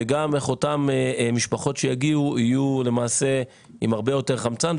וגם איך אותן משפחות שיגיעו יהיו למעשה עם הרבה יותר חמצן,